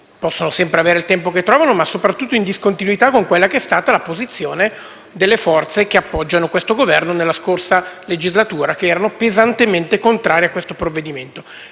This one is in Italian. possono sempre avere il tempo che trovano, ma soprattutto in discontinuità con la posizione delle forze che appoggiano questo Governo nella scorsa legislatura, che erano pesantemente contrarie a questo provvedimento.